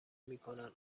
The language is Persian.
میکنن